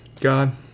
God